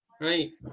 right